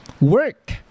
work